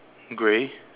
grey